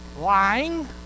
Lying